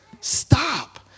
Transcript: Stop